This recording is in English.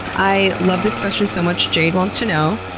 i love this question so much. jade wants to know,